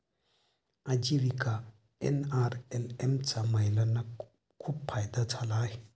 आजीविका एन.आर.एल.एम चा महिलांना खूप फायदा झाला आहे